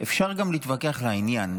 אפשר גם להתווכח לעניין.